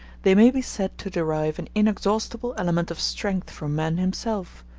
they may be said to derive an inexhaustible element of strength from man himself,